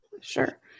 sure